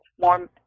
more